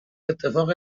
اتفاقی